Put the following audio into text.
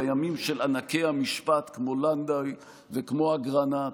בימים של ענקי המשפט כמו לנדוי וכמו אגרנט.